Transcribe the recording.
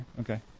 Okay